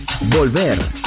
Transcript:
volver